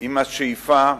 עם השאיפה,